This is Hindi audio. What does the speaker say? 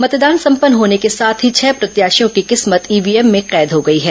मतदान संपन्न होने के साथ ही छह प्रत्याशियों की किस्मत ईव्हीएम में कैद हो गई है